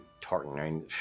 tartan